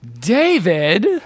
David